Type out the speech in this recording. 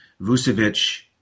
Vucevic